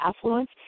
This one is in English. affluence